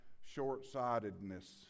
short-sightedness